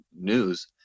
news